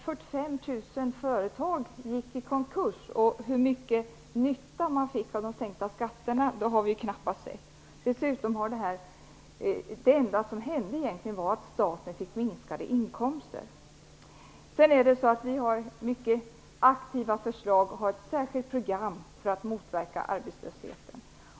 45 000 företag gick i konkurs. Vi har knappast sett någon nytta med de sänkta skatterna. Det enda som egentligen hände var att staten fick minskade inkomster. Vi har mycket aktiva förslag, och vi har ett särskilt program för att motverka arbetslösheten.